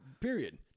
Period